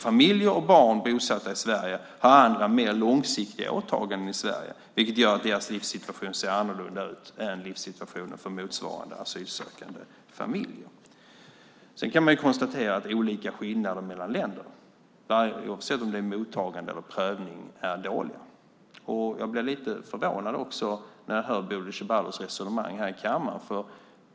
Familjer och barn, bosatta i Sverige, har alltså andra, mer långsiktiga åtaganden i Sverige, vilket gör att deras livssituation ser annorlunda ut än livssituationen för motsvarande asylsökande familjer. Sedan kan man konstatera att det finns skillnader mellan länder, oavsett om mottagande och prövning är dåliga. Jag blir lite förvånad när jag hör Bodil Ceballos resonemang här i kammaren.